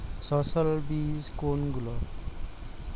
সস্যল বীজ কোনগুলো?